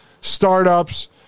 startups